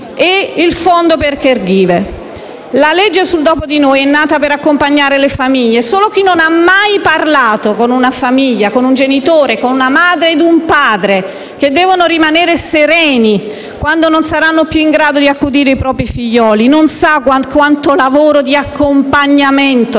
e quella sui *caregiver*. La legge sul dopo di noi è nata per accompagnare le famiglie: solo chi non ha mai parlato con una famiglia, con un genitore, con una madre e un padre che devono rimanere sereni quando non saranno più in grado di accudire i propri figlioli, non sa quanto lavoro di accompagnamento